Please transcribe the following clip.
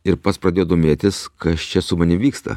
ir pats pradėjau domėtis kas čia su manim vyksta